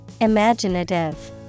Imaginative